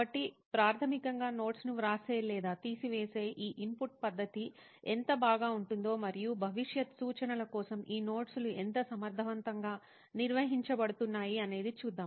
కాబట్టి ప్రాథమికంగా నోట్స్లను వ్రాసే లేదా తీసివేసే ఈ ఇన్పుట్ పద్ధతి ఎంత బాగా ఉంటుందో మరియు భవిష్యత్ సూచనల కోసం ఈనోట్స్ లు ఎంత సమర్థవంతంగా నిర్వహించబడుతున్నాయి అనేది చూద్దాం